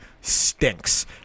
stinks